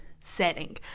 setting